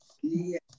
Yes